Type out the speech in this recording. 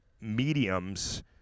mediums